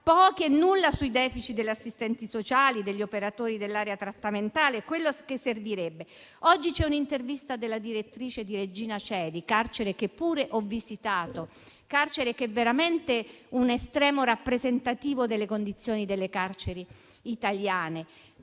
quasi nulla sui *deficit* degli assistenti sociali, degli operatori dell'area trattamentale, su quello che servirebbe. Oggi c'è un'intervista della direttrice di Regina Coeli, carcere che pure ho visitato, che è veramente un estremo rappresentativo delle condizioni delle carceri italiane.